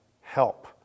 help